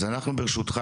אז ברשותך,